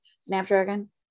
Snapdragon